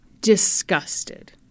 disgusted